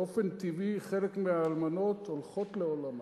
באופן טבעי, חלק מהאלמנות הולכות לעולמן,